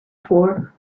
for